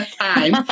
time